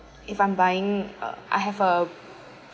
if I'm buying uh I have a